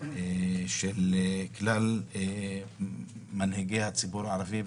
של כלל מנהיגי הציבור הערבי,